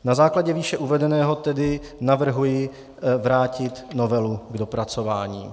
Na základě výše uvedeného tedy navrhuji vrátit novelu k dopracování.